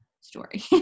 story